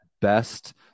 best